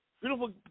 beautiful